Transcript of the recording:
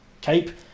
cape